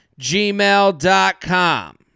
gmail.com